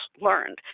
learned